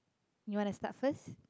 you wanna start first